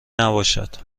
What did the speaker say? نباشد